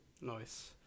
nice